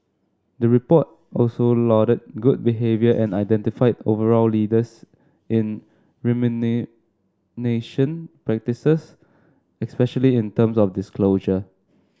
the report also lauded good behaviour and identified overall leaders in remuneration practices especially in terms of disclosure